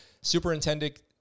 superintendent